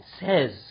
says